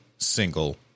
Single